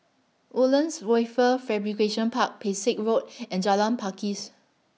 Woodlands Wafer Fabrication Park Pesek Road and Jalan Pakis